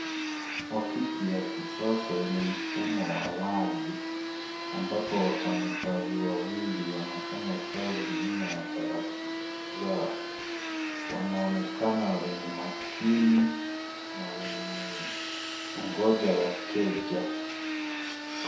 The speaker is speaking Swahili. Ofisi ya kisasa yenye mfumo wa wazi ambapo wafanyikazi wawili wanafanya kazi nyuma ya tarakilishi zao. Wanaonekana wenye makini na wenye kungoja wateja.